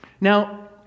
Now